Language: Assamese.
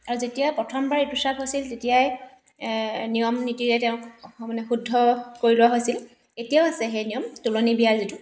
আৰু যেতিয়া প্ৰথমবাৰ ঋতুস্ৰাৱ হৈছিল তেতিয়াই নিয়ম নীতিৰে তেওঁক মানে শুদ্ধ কৰি লোৱা হৈছিল এতিয়াও আছে সেই নিয়ম তোলনি বিয়া যিটো